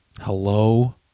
Hello